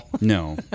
No